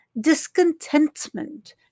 Discontentment